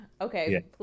Okay